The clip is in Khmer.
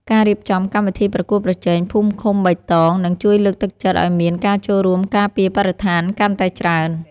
ការរៀបចំកម្មវិធីប្រកួតប្រជែងភូមិឃុំបៃតងនឹងជួយលើកទឹកចិត្តឱ្យមានការចូលរួមការពារបរិស្ថានកាន់តែច្រើន។